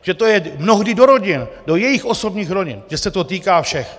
Že je to mnohdy do rodin, do jejich osobních rodin, že se to týká všech.